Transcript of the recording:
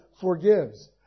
forgives